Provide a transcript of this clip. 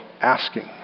asking